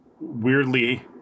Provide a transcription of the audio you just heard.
weirdly